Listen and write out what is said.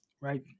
right